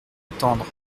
attendre